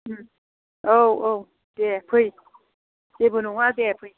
औ औ दे फै जेबो नङा दे